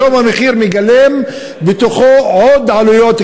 היום המחיר מגלם בתוכו עוד עלויות,